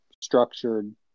structured